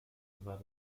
war